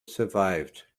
survived